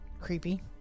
creepy